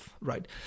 right